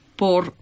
por